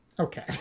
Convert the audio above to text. Okay